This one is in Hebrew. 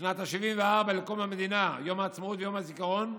בשנת ה-74 לקום המדינה, יום העצמאות ויום הזיכרון,